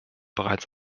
bereits